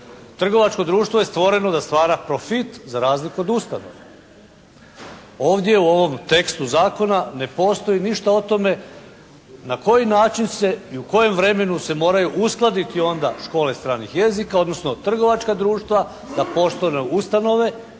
Trgovačko društvo je stvoreno da stvara profit za razliku od ustanove. Ovdje u ovom tekstu zakona ne postoji ništa o tome na koji način se i u kojem vremenu se moraju uskladiti onda škole stranih jezika odnosno trgovačka društva da postanu ustanove?